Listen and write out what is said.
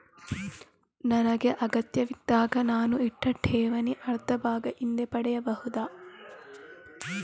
ನನಗೆ ಅಗತ್ಯವಿದ್ದಾಗ ನಾನು ಇಟ್ಟ ಠೇವಣಿಯ ಅರ್ಧಭಾಗ ಹಿಂದೆ ಪಡೆಯಬಹುದಾ?